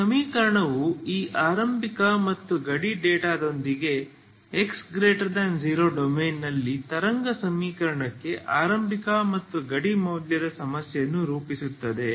ಈ ಸಮೀಕರಣವು ಈ ಆರಂಭಿಕ ಮತ್ತು ಗಡಿ ಡೇಟಾದೊಂದಿಗೆ x0 ಡೊಮೇನ್ನಲ್ಲಿ ತರಂಗ ಸಮೀಕರಣಕ್ಕೆ ಆರಂಭಿಕ ಮತ್ತು ಗಡಿ ಮೌಲ್ಯದ ಸಮಸ್ಯೆಯನ್ನು ರೂಪಿಸುತ್ತದೆ